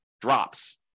drops